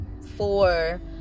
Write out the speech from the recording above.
four